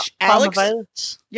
Alex